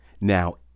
Now